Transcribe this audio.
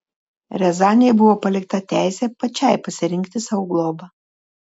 riazanei buvo palikta teisė pačiai pasirinkti sau globą